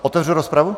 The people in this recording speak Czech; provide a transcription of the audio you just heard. Otevřu rozpravu?